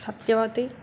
Satyavathi